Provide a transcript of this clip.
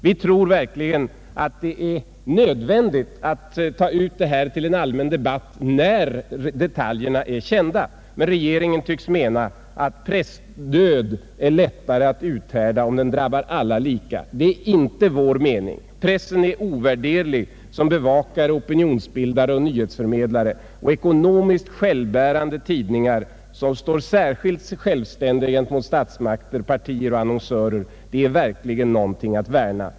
Vi tror verkligen att det är nödvändigt att föra ut detta till en allmän debatt när detaljerna blir kända, men regeringen tycks mena att pressdöd är lättare att uthärda om den drabbar alla lika. Det är inte vår mening. Pressen är ovärderlig som bevakare, opinionsbildare och nyhetsförmedlare. Ekonomiskt självbärande tidningar som står särskilt självständiga mot statsmakt, partier och annonsörer är verkligen någonting av värde.